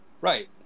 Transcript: Right